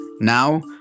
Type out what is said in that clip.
Now